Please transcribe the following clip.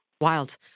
Wild